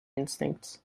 instincts